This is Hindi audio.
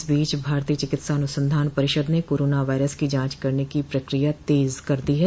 इस बीच भारतीय चिकित्सा अनुसंधान परिषद ने कोरोना वायरस की जांच करने की प्रक्रिया तेज कर दी है